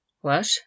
What